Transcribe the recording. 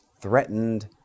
threatened